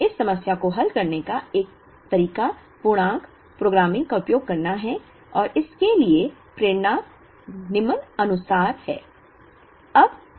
इस समस्या को हल करने का एक तरीका पूर्णांक प्रोग्रामिंग का उपयोग करना है और इसके लिए प्रेरणा निम्नानुसार है